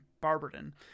Barberton